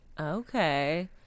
Okay